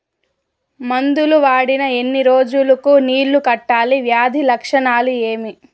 మందులు వాడిన ఎన్ని రోజులు కు నీళ్ళు కట్టాలి, వ్యాధి లక్షణాలు ఏమి?